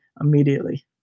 immediately